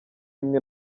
imwe